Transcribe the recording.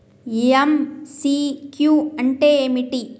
MCQ అంటే ఏమిటి?